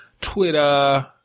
Twitter